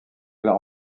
leur